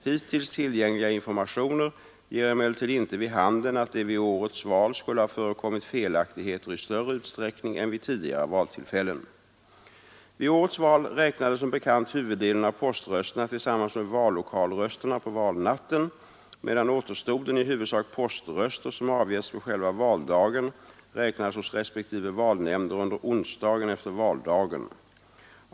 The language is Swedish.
Hittills tillgängliga informationer ger emellertid inte vid handen att det vid årets val skulle ha förekommit felaktigheter i större utsträckning än vid tidigare valtillfällen. Vid årets val räknades som bekant huvuddelen av poströsterna tillsammans med vallokalrösterna på valnatten, medan återstoden, i huvudsak poströster som avgetts på själva valdagen, räknades hos respektive valnämnder under onsdagen efter valdagen.